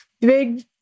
big